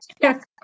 Yes